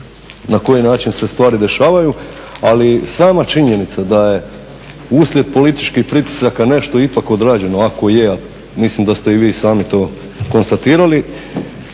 na koji način se stvari dešavaju, ali sama činjenica da je uslijed političkih pritisaka nešto ipak odrađeno, ako je, a mislim da ste i vi sami to konstatirali,